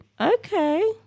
Okay